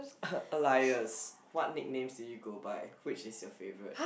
alias what nicknames do you go by which is your favourite